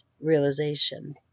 realization